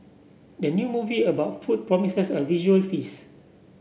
the new movie about food promises a visual feast